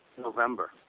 November